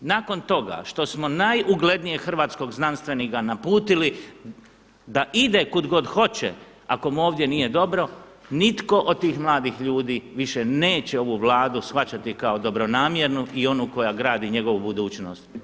Nakon toga što smo najuglednijeg hrvatskog znanstvenika naputili da ide kuda god hoće ako mu ovdje nije dobro nitko od tih mladih ljudi više neće ovu Vladu shvaćati kao dobronamjernu i onu koja gradi njegovu budućnost.